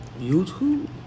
youtube